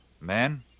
Man